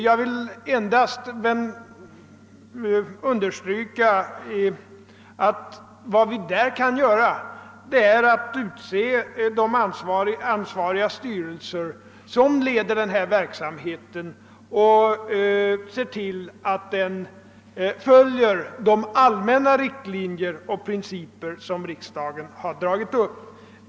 Vad vi i det fallet kan göra är att utse de ansvariga styrelser som leder denna verksamhet och se till att de följer de allmänna riktlinjer och principer som riksdagen har dragit upp.